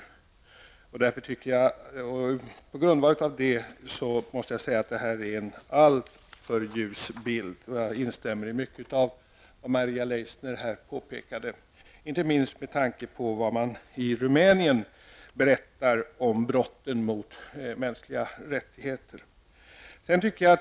På grundval av det måste jag säga att det här är en alltför ljus bild. Jag instämmer i mycket av det som Maria Leissner har påpekat, inte minst med tanke på vad man i Rumänien berättar om brotten mot mänskliga rättigheter.